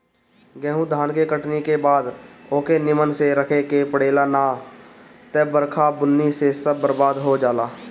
गेंहू धान के कटनी के बाद ओके निमन से रखे के पड़ेला ना त बरखा बुन्नी से सब बरबाद हो जाला